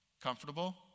Comfortable